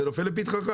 זה נופל לפתחך.